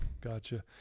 Gotcha